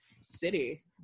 city